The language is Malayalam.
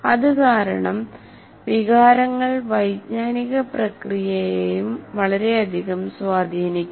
അതുകാരണം വികാരങ്ങൾ വൈജ്ഞാനിക പ്രക്രിയയെയും വളരെയധികം സ്വാധീനിക്കും